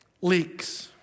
leaks